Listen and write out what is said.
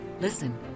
listen